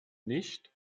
nicht